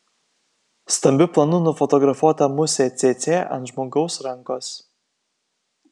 stambiu planu nufotografuota musė cėcė ant žmogaus rankos